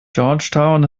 georgetown